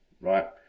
right